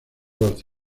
los